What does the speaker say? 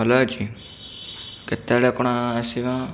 ଭଲ ଅଛି କେତେବେଳେ କ'ଣ ଆସିବ